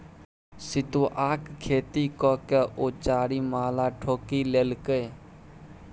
सितुआक खेती ककए ओ चारिमहला ठोकि लेलकै